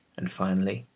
and finally,